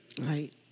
Right